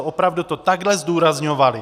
Opravdu to takhle zdůrazňovali.